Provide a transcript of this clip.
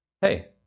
Hey